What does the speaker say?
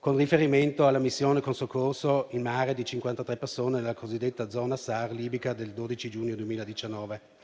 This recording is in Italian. con riferimento alla missione con soccorso in mare di 53 persone nella cosiddetta zona SAR libica del 12 giugno 2019.